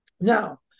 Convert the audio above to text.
Now